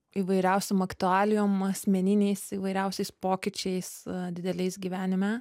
įvairiausiom aktualijom asmeniniais įvairiausiais pokyčiais dideliais gyvenime